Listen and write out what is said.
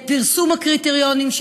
לפרסום הקריטריונים,